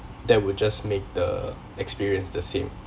that would just make the experience the same